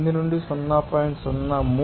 8 నుండి 0